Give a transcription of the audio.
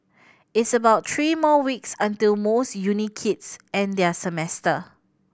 it's about three more weeks until most uni kids end their semester